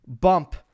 bump